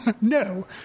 No